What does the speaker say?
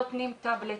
נותנים טבלטים,